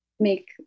make